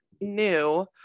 new